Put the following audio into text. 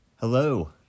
Hello